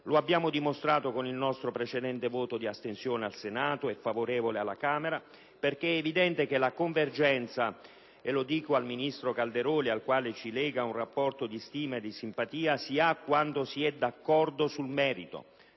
Lo abbiamo dimostrato con il nostro precedente voto di astensione al Senato e favorevole alla Camera, perché è evidente che la convergenza - e lo dico al ministro Calderoli al quale ci lega un rapporto di stima e simpatia - si ha quando si è d'accordo sul merito,